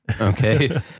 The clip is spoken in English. okay